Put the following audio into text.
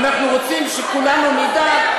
אנחנו רוצים שכולנו נדע.